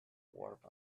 warp